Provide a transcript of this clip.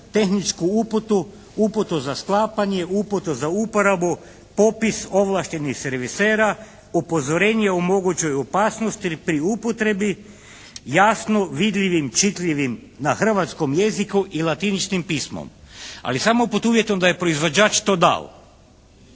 tehničku uputu, uputu za sklapanje, uputu za uporabu, popis ovlaštenih servisera, upozorenje o mogućoj opasnosti pri upotrebi jasno vidljivim, čitljivim na hrvatskom jeziku i latiničnim pismom. Ali samo pod uvjetom da je proizvođač to dao.